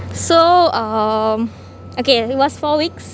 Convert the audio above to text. so uh okay it was four weeks